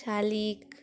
শালিক